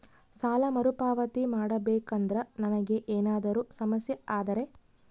ಸಾಲ ಮರುಪಾವತಿ ಮಾಡಬೇಕಂದ್ರ ನನಗೆ ಏನಾದರೂ ಸಮಸ್ಯೆ ಆದರೆ?